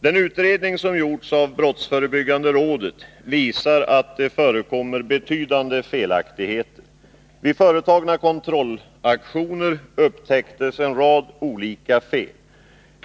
Den utredning som gjorts av brottsförebyggande rådet visar att det förekommer betydande felaktigheter. Vid företagna kontrollaktioner upptäcktes en rad olika fel.